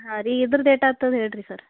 ಹಾಂ ರೀ ಇದ್ರದ್ದು ಎಷ್ಟಾತದ್ ಹೇಳಿ ರೀ ಸರ್